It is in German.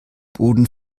boden